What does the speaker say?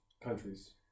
countries